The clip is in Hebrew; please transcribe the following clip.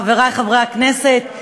חברי חברי הכנסת,